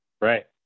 right